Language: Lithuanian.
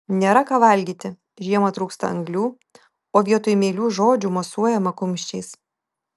nėra ką valgyti žiemą trūksta anglių o vietoj meilių žodžių mosuojama kumščiais